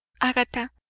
agatha,